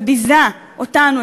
וביזה אותנו,